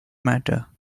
matter